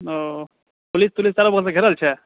ओ अऽ पुलिस तुलिस चारू बगल सऽ घेरल छै